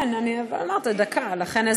כן, אבל אמרת דקה, לכן.